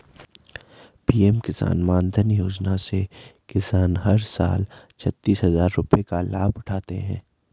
PM Kisan Maandhan Yojana से किसान हर साल छतीस हजार रुपये का लाभ उठाते है